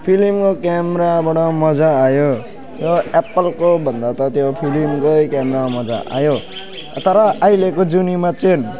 फिल्मको क्यामराबाट मजा आयो र एप्पलको भन्दा त त्यो फिल्मकै क्यामरा मजा आयो तर अहिलेको जुनीमा चाहिँ